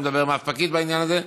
לא מדבר עם אף פקיד בעניין הזה.